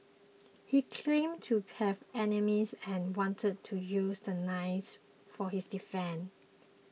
he claimed to have enemies and wanted to use the knives for his defence